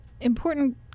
important